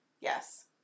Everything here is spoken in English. Yes